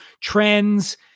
trends